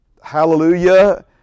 hallelujah